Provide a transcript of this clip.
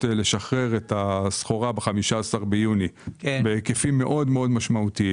לשחרר את הסחורה בהיקפים מאוד משמעותיים.